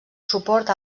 suport